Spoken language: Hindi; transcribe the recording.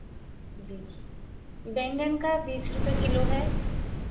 जी बैंगन का बीस रुपये किलो है